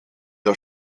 der